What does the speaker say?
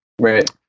right